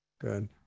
Good